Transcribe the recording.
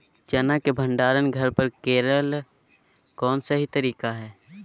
चना के भंडारण घर पर करेले कौन सही तरीका है?